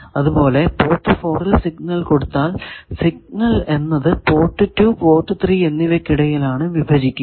അത് പോലെ പോർട്ട് 4 ൽ സിഗ്നൽ കൊടുത്താൽ സിഗ്നൽ എന്നത് പോർട്ട് 2 പോർട്ട് 3 എന്നിവയ്ക്കിടയിൽ ആണ് വിഭജിക്കുക